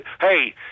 hey